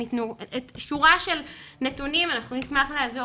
אנחנו נשמח לעזור